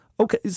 Okay